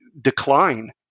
decline